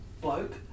bloke